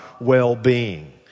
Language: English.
well-being